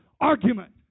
argument